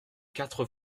quatre